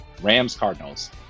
Rams-Cardinals